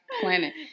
Planet